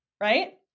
Right